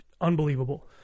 Unbelievable